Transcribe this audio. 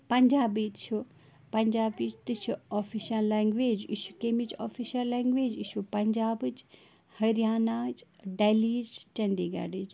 پَنجابی چھُ پَنجابی تہِ چھُ آفِشَل لینٛگویج یہِ چھُ کَمِچ آفِشَل لینٛگویج یہِ چھُو پَنجابٕچ ہَریاناہٕچ ڈٮ۪لی یہِ چھِ چٔندی گھڑٕچ